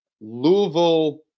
Louisville